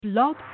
Blog